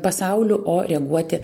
pasauliu o reaguoti